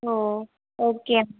ஓ okay